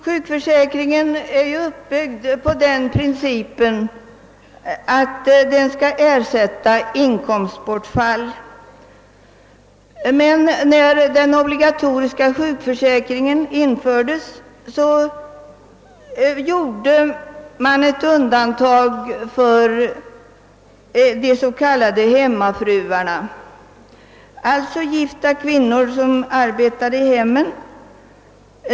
Sjukpenningförsäkringen är ju uppbyggd på principen att den skall lämna ersättning för inkomstbortfall. Men när den obligatoriska sjukförsäkringen infördes gjorde man ett undantag för de s.k. hemmafruarna, alltså gifta kvinnor som arbetar i hemmen.